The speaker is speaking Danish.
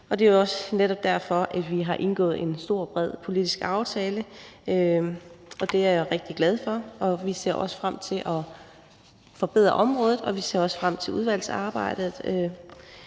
og det er jo netop også derfor, at vi har indgået en stor og bred politisk aftale, og det er jeg rigtig glad for. Og vi ser frem til at forbedre området, og vi ser også frem til udvalgsarbejdet.